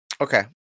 Okay